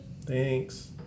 Thanks